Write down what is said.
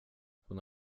hon